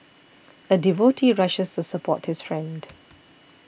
a devotee rushes to support his friend